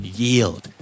yield